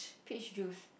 peach juice